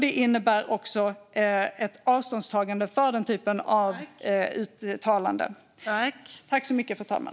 Det innebär också ett avståndstagande från den typen av uttalanden.